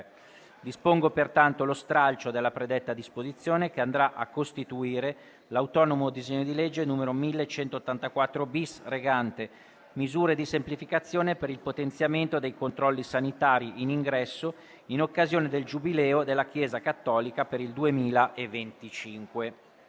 Dispongo pertanto lo stralcio della predetta disposizione, che andrà a costituire l'autonomo disegno di legge n. 1184-*bis*, recante «Misure di semplificazione per il potenziamento dei controlli sanitari in ingresso sul territorio nazionale in occasione del Giubileo della Chiesa cattolica per il 2025».